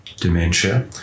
dementia